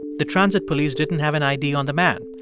the transit police didn't have an id on the man.